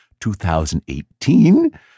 2018